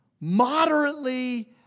moderately